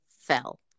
fell